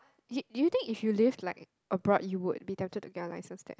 is it do you think if you live like abroad you would be tempted to get a licence that